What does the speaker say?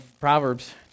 Proverbs